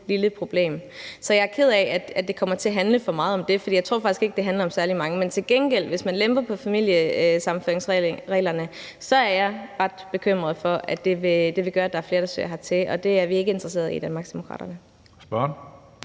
lille problem. Så jeg er ked af, at det kommer til at handle for meget om det, for jeg tror faktisk ikke, at det handler om særlig mange. Men til gengæld er jeg, hvis man lemper på familiesammenføringsreglerne, ret bekymret for, at det vil gøre, at der er flere, der søger hertil, og det er vi ikke interesseret i i Danmarksdemokraterne.